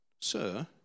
Sir